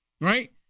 right